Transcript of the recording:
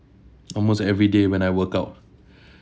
almost every day when I work out